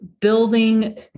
building